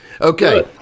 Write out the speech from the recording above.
Okay